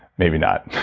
maybe not.